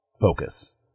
focus